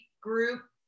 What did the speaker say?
group